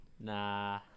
Nah